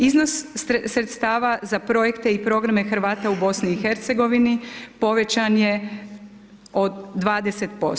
Iznos sredstava za projekte i programe Hrvate u BIH povećan je od 20%